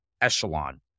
echelon